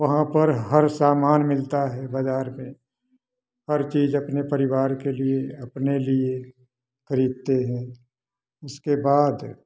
वहाँ पर हर समान मिलता है बाजार में हर चीज अपने परिवार के लिए अपने लिए खरीदते हैं इसके बाद